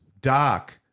dark